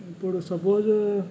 ఇప్పుడు సప్పోజు